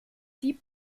die